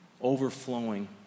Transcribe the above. overflowing